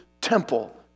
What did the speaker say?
temple